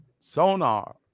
Sonar